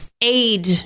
aid